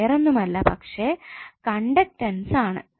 വേറൊന്നുമല്ല പക്ഷെ കണ്ടക്ടൻസ് ആണ്